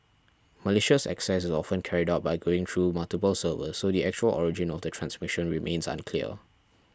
malicious access is often carried out by going through multiple servers so the actual origin of the transmission remains unclear